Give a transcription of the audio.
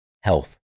health